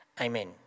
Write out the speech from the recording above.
Amen